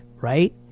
right